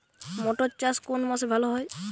মটর চাষ কোন মাসে ভালো হয়?